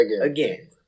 again